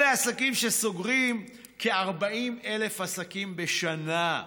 אלה עסקים, סוגרים כ-40,000 עסקים בשנה.